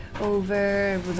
over